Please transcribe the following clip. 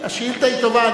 השאילתא היא טובה.